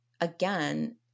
again